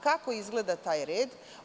Kako izgleda taj red?